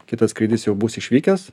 kitas skrydis jau bus išvykęs